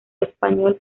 español